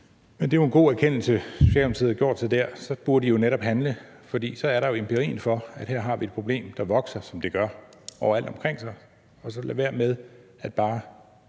Men det er jo en god erkendelse, Socialdemokratiet har gjort sig der. Så burde I netop handle, for så er der empiri for, at her har vi et problem, der vokser, som det gør, overalt, og lade være med bare